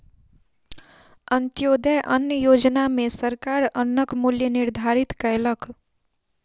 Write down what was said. अन्त्योदय अन्न योजना में सरकार अन्नक मूल्य निर्धारित कयलक